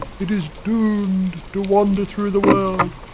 it is doomed to wander through the world